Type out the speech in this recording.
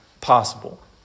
possible